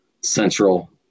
central